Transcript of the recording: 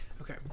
okay